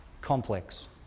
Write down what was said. complex